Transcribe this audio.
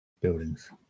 buildings